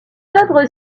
œuvres